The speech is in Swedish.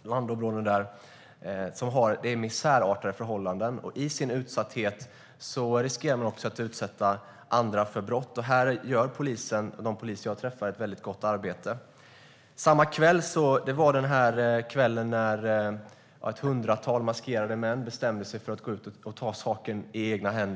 väldigt utsatta med misärartade förhållanden. I sin utsatthet riskerar de att utsätta andra för brott. Här gör polisen ett väldigt gott arbete. Samma kväll var det ett hundratal maskerade män som hade bestämt sig för att gå ut och ta saken i egna händer.